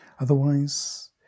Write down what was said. Otherwise